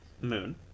moon